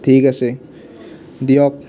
ঠিক আছে দিয়ক